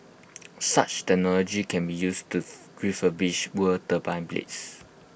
such technology can be used to refurbish worn turbine blades